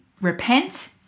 repent